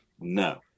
No